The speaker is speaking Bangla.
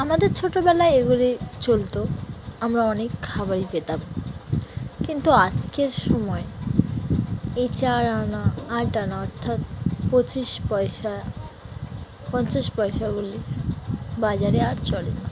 আমাদের ছোটোবেলায় এগুলি চলতো আমরা অনেক খাবারই পেতাম কিন্তু আজকের সময় এই চার আনা আট আনা অর্থাৎ পঁচিশ পয়সা পঞ্চাশ পয়সাগুলি বাজারে আর চলে না